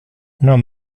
non